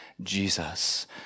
Jesus